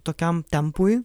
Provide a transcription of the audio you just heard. tokiam tempui